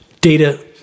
data